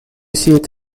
seat